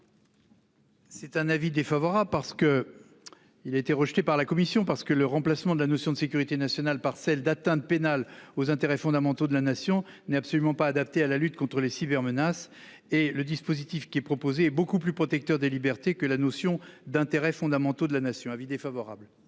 Cet amendement a été rejeté en commission, car le remplacement de la notion de sécurité nationale par celle d'atteinte pénale aux intérêts fondamentaux de la Nation n'est absolument pas adapté à la lutte contre les cybermenaces. De plus, le dispositif proposé est beaucoup plus protecteur des libertés que la notion d'intérêts fondamentaux de la Nation. J'émets